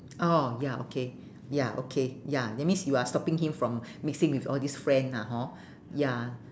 orh ya okay ya okay ya that means you're stopping him from mixing with all these friend lah hor ya